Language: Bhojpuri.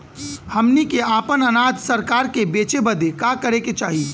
हमनी के आपन अनाज सरकार के बेचे बदे का करे के चाही?